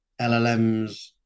LLMs